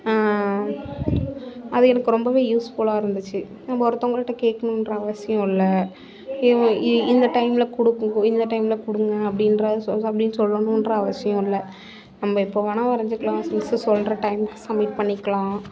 அது எனக்கு ரொம்பவே யூஸ்ஃபுல்லாக இருந்துச்சு நம்ம ஒருத்தவங்கள்ட்ட கேட்கணுன்ற அவசியம் இல்லை இ இந்த டைமில் கொடுக்குங்க இவ்வளோ டைமில் கொடுங்க அப்படின்ற சொல் அப்படினு சொல்லணுன்ற அவசியம் இல்லை நம்ம எப்போ வேணா வரைஞ்சிக்கலாம் மிஸ்ஸு சொல்கிற டைமுக்கு சம்மிட் பண்ணிக்கிலாம்